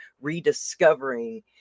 rediscovering